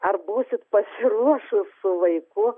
ar būsit pasiruošus su vaiku